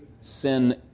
Sin